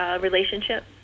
relationship